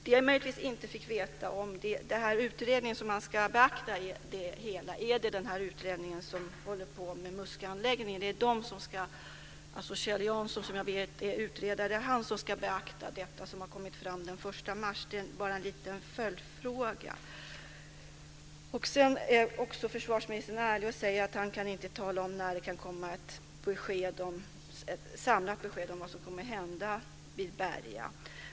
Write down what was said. Det jag möjligtvis inte fick veta var detta med den utredning som ska beakta det hela. Är det den som håller på med Musköanläggningen, där Kjell Jansson är utredare, som ska beakta detta som kom fram den 1 mars? Det är bara en liten följdfråga. Försvarsministern är också ärlig och säger att han inte kan tala om när det kan komma ett samlat besked om vad som kommer att hända vid Berga.